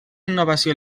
innovació